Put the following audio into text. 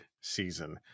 season